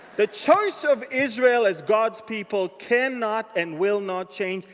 the choice of israel, as god's people cannot and will not change.